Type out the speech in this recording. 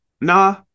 nah